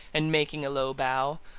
and making a low bow.